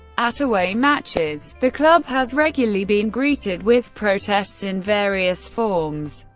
at away matches, the club has regularly been greeted with protests in various forms.